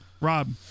Rob